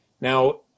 Now